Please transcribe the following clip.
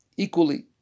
Equally